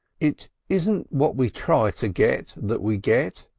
it isn't what we try to get that we get,